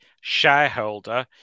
shareholder